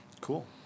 cool